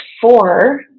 four